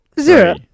Zero